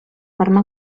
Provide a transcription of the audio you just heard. forma